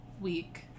week